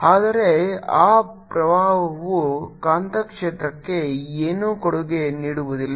ಆದರೆ ಆ ಪ್ರವಾಹವು ಕಾಂತಕ್ಷೇತ್ರಕ್ಕೆ ಏನನ್ನೂ ಕೊಡುಗೆ ನೀಡುವುದಿಲ್ಲ